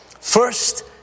First